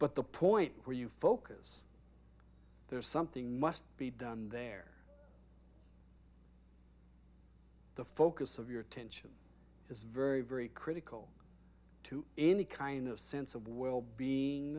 but the point where you focus there's something must be done there the focus of your attention is very very critical to any kind of sense of wellbeing